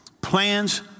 Plans